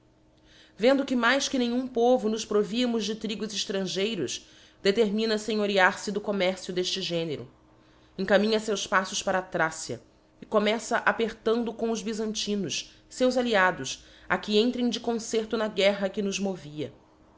vendo que mais que nenhum povo nos províamos de trigos extrangeiros determina fenhorear fe do commercio d'efte género encaminha feus paítos para a thracia e começa apertand com os byzantinos feus alliados a que entrem de concerto na guerra que nos movia